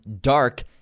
Dark